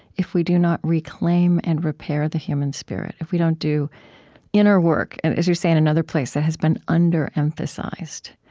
if we do not reclaim and repair the human spirit, if we don't do inner work, and as you say in another place, that has been underemphasized.